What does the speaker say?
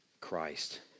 Christ